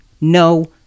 No